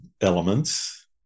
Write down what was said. elements